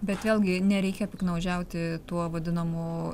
bet vėlgi nereikia piktnaudžiauti tuo vadinamu